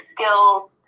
skills